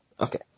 Okay